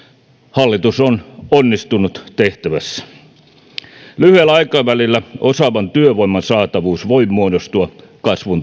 hallitus on onnistunut tehtävässään lyhyellä aikavälillä osaavan työvoiman saatavuus voi muodostua kasvun